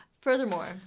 Furthermore